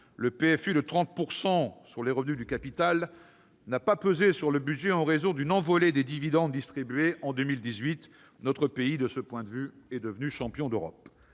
Le PFU de 30 % sur les revenus du capital n'a pas pesé sur le budget en raison d'une envolée des dividendes distribués en 2018. Notre pays, de ce point de vue, est devenu champion d'Europe